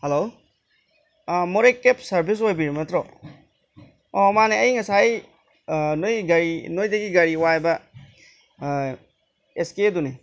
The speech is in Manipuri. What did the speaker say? ꯍꯜꯂꯣ ꯃꯣꯔꯦ ꯀꯦꯕ ꯁꯥꯔꯕꯤꯁ ꯑꯣꯏꯕꯤꯔꯕ ꯅꯠꯇ꯭ꯔꯣ ꯑꯣ ꯃꯥꯅꯦ ꯑꯩ ꯉꯁꯥꯏ ꯅꯣꯏꯒꯤ ꯒꯥꯔꯤ ꯅꯣꯏꯗꯒꯤ ꯒꯥꯔꯤ ꯋꯥꯏꯕ ꯑꯦꯁ ꯀꯦꯗꯨꯅꯤ